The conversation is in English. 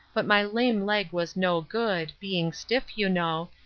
but my lame leg was no good, being stiff, you know,